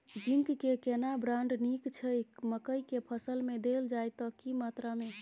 Zinc के केना brand नीक छैय मकई के फसल में देल जाए त की मात्रा में?